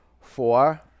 Four